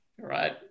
right